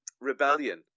rebellion